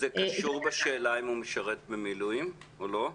זה קשור לשאלה האם הוא משרת במילואים או לא?